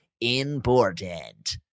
important